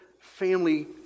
family